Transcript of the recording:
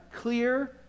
clear